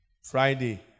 Friday